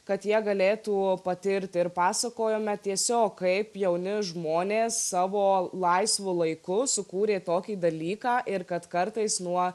kad jie galėtų patirti ir pasakojome tiesiog kaip jauni žmonės savo laisvu laiku sukūrė tokį dalyką ir kad kartais nuo